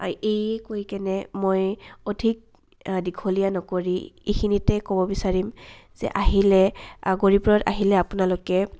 এয়ে কৈ কেনে মই অধিক দীঘলীয়া নকৰি এইখিনিতে ক'ব বিচাৰিম যে আহিলে গৌৰীপুৰত আহিলে আপোনালোকে